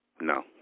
No